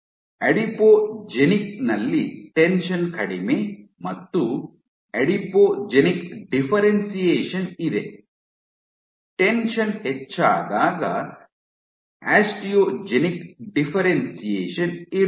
ಅಡಿಪೋಜೆನಿಕ್ನಲ್ಲಿ tension ಕಡಿಮೆ ಮತ್ತು adipogenic differentiation ಇದೆ ಟೆನ್ಷನ್ ಹೆಚ್ಚಾದಾಗ ಆಸ್ಟಿಯೋಜೆನಿಕ್ ಡಿಫ್ಫೆರೆನ್ಶಿಯೇಷನ್ ಇರುತ್ತದೆ